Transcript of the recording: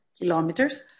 kilometers